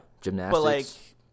Gymnastics